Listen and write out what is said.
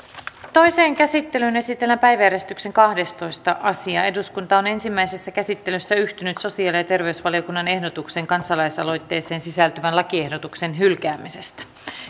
toiseen käsittelyyn esitellään päiväjärjestyksen kahdestoista asia eduskunta on ensimmäisessä käsittelyssä yhtynyt sosiaali ja ja terveysvaliokunnan ehdotukseen kansalaisaloitteeseen sisältyvän lakiehdotuksen hylkäämisestä